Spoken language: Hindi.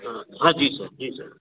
हाँ हाँ जी सर जी सर